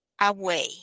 away